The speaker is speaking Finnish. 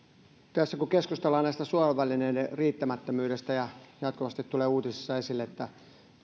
tässä kun keskustellaan suojavälineiden riittämättömyydestä ja jatkuvasti tulee uutisissa esille että